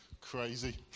crazy